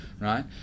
right